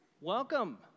Welcome